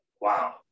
wow